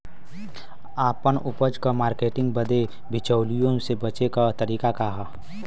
आपन उपज क मार्केटिंग बदे बिचौलियों से बचे क तरीका का ह?